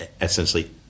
essentially